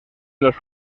los